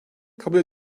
kabul